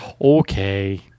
okay